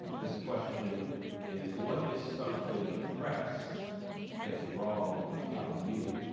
this question is what is something the press gets wrong about you?